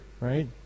right